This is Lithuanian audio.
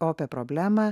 opią problemą